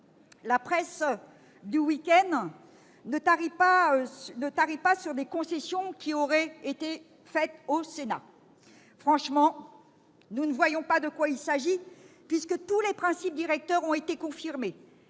La presse du week-end ne tarit pas sur les concessions faites au Sénat. Franchement, nous ne voyons pas de quoi il s'agit puisque tous les principes directeurs ont été confirmés.